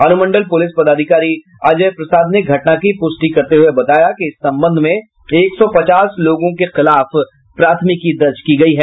अनुमंडल पुलिस पदाधिकारी अजय प्रसाद ने घटना की पुष्टि करते हुए बताया कि इस संबंध में एक सौ पचास लोगों के खिलाफ प्राथमिकी दर्ज की गयी है